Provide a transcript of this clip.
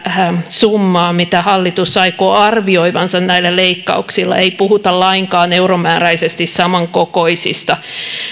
summaa mitä hallitus arvioi aikovansa säästää näillä leikkauksilla ei puhuta lainkaan euromääräisesti samankokoisista